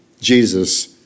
Jesus